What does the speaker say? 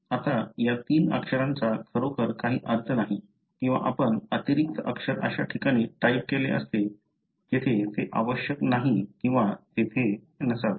आता या तीन अक्षरांचा खरोखर काही अर्थ नाही किंवा आपण अतिरिक्त अक्षर अशा ठिकाणी टाइप केले असते जेथे ते आवश्यक नाही किंवा तेथे नसावे